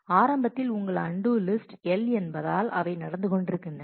ஆரம்பத்தில் உங்கள் undo list L என்பதால் அவை நடந்து கொண்டிருக்கின்றன